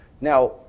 Now